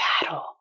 battle